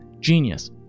genius